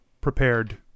prepared